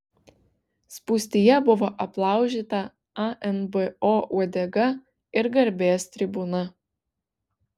spūstyje buvo aplaužyta anbo uodega ir garbės tribūna